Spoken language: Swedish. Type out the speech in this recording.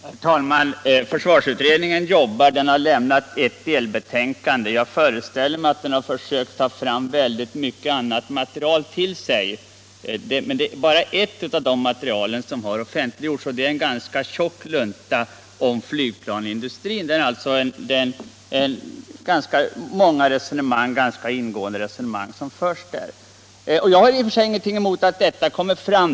Herr talman! Försvarsutredningen arbetar och den har avlämnat ett delbetänkande. Jag föreställer mig att den försökt ta in också mycket annat material än vad som där redovisas, men det är bara en handling som offentliggjorts, nämligen en tjock lunta om flygplansindustrin, där det förs ganska många och rätt ingående resonemang. Jag har i och för sig ingenting emot att detta material läggs fram.